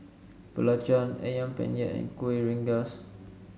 Belacan ayam Penyet and Kueh Rengas